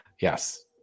Yes